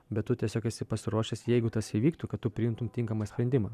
bet tu tiesiog esi pasiruošęs jeigu tas įvyktų kad tu priimtum tinkamą sprendimą